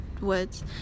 Woods